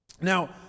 Now